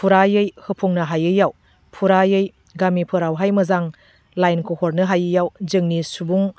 फुरायै होफुंनो हायैयाव फुरायै गामिफोरावहाय मोजां लाइनखौ हरनो हायैआव जोंनि सुबुं